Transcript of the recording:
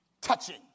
Touching